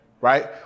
right